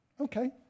okay